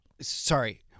sorry